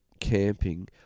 camping